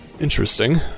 Interesting